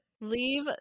leave